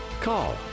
call